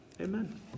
Amen